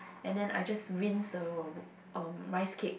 and then I just rinse the um rice cakes